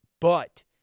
But-